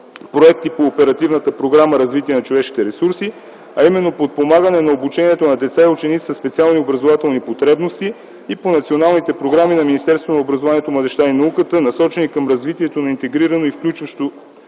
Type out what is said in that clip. проекти по Оперативната програма „Развитие на човешките ресурси”, а именно подпомагане на обучението на деца и ученици със специални образователни потребности и по националните програми на Министерството на образованието, младежта и науката, насочени към развитието на интегрирано и включващо